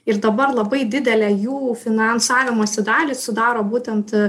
ir dabar labai didelę jų finansavimosi dalį sudaro būtent